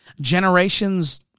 generations